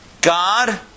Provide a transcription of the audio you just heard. God